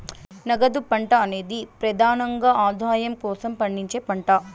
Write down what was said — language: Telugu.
నగదు పంట అనేది ప్రెదానంగా ఆదాయం కోసం పండించే పంట